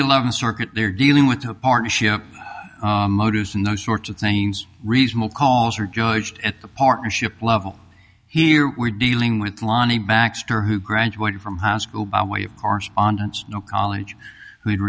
eleventh circuit they're dealing with a partnership motives and those sorts of things reasonable calls are judged at the partnership level here we're dealing with lani baxter who graduated from high school by way of correspondence no college who had